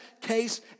case